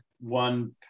one